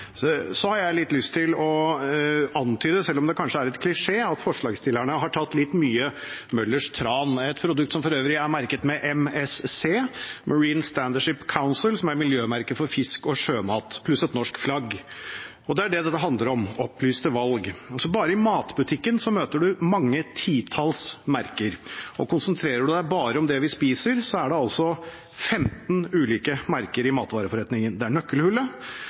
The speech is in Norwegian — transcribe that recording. Så har jeg lyst til å antyde, selv om det kanskje er litt klisjé, at forslagsstillerne har tatt litt mye Møllers tran, et produkt som for øvrig er merket med MSC, Marine Stewardship Council, som er miljømerket for fisk og sjømat, pluss et norsk flagg. Det er det dette handler om – opplyste valg. Bare i matbutikken møter man mange titalls merker, og konsentrerer man seg bare om det vi spiser, er det altså 15 ulike merker i matvareforretningen. Det er Nøkkelhullet,